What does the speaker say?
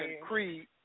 creed